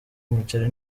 umuceri